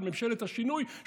את ממשלת השינוי,